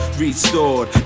restored